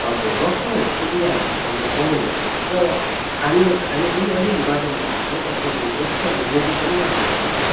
हजुर बस्ने सुविधाहरू त तपाईँले पाउनुहुन्छ कि तर खान्ने खाने पनि अलिअलि बाटोमा त हुन्छ है तर तपाईँले जतिसक्दो बोकेको नै राम्रो तपाईँलाई